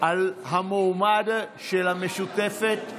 על המועמד של המשותפת.